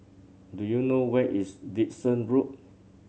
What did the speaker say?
do you know where is Dickson Road